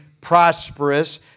prosperous